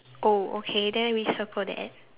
oh okay then we circle that